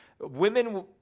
Women